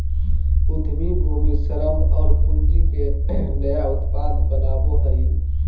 उद्यमी भूमि, श्रम और पूँजी के नया उत्पाद बनावो हइ